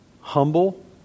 humble